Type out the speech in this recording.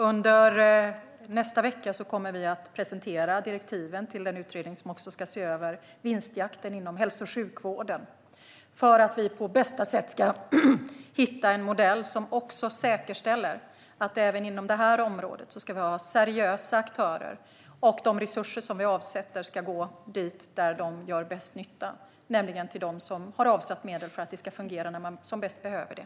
Under nästa vecka kommer vi att presentera direktiven till den utredning som ska se över vinstjakten inom hälso och sjukvården - detta för att vi på bästa sätt ska hitta en modell som säkerställer att även inom det här området ska det var seriösa aktörer. De resurser som vi avsätter ska gå dit där de gör bäst nytta, nämligen till dem som har avsatt medel för att det ska fungera när man som bäst behöver det.